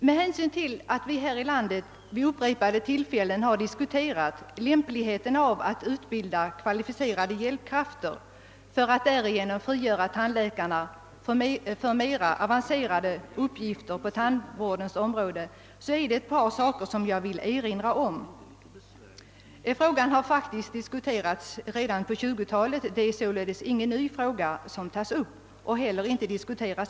Med hänsyn till att vi i vårt land vid upprepade tillfällen har diskuterat lämpligheten av att utbilda kvalificerade hjälpkrafter för att därigenom frigöra tandläkarna för mera avancerade uppgifter på tandvårdens område, vill jag erinra om ett par saker. Denna fråga har faktiskt diskuterats redan på 1920-talet. Det är således ingen ny fråga som tas upp, inte heller för riksdagen.